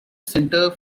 centre